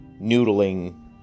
noodling